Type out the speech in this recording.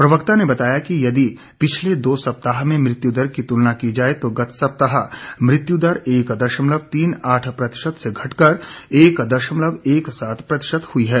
प्रवक्ता ने बताया कि यदि पिछले दो सप्ताह में मृत्युदर की तुलना की जाए तो गत सप्ताह मृत्युदर एक दशमलव तीन आठ प्रतिशत से घटकर एक दशमलव एक सात प्रतिशत हुई है